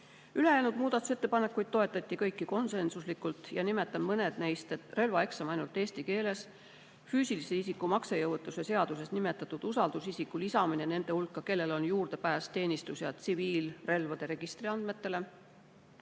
Ülejäänud muudatusettepanekuid toetati kõiki konsensuslikult. Nimetan mõned neist: relvaeksam ainult eesti keeles, füüsilise isiku maksejõuetuse seaduses nimetatud usaldusisiku lisamine nende hulka, kellel on juurdepääs teenistus‑ ja tsiviilrelvade registri andmetele,